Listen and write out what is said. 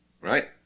Right